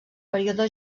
període